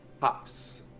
pops